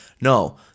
No